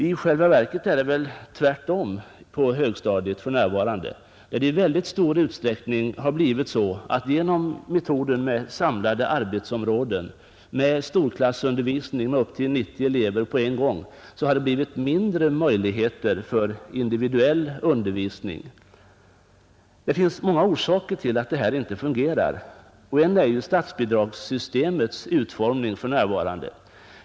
I själva verket är det väl tvärtom för närvarande på högstadiet, där det i väldigt stor utsträckning blivit så att det genom systemet med samlade arbetsområden, med storklassundervisning omfattande upp till 90 elever på en gång har blivit mindre möjligheter till individuell undervisning. Det finns många anledningar till att detta inte fungerar. Den första är statsbidragssystemets nuvarande utformning.